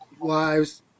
lives